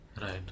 Right